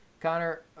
Connor